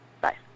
Bye